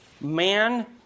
man